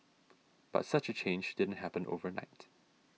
but such a change didn't happen overnight